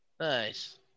Nice